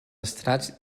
estrats